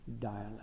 dialect